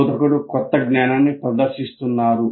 బోధకుడు కొత్త జ్ఞానాన్ని ప్రదర్శిస్తున్నారు